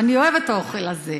ואני אוהבת את האוכל הזה,